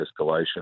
escalation